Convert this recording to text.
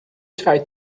try